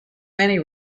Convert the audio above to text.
many